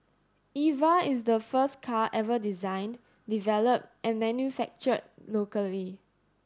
Eva is the first car ever designed developed and manufactured locally